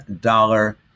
dollar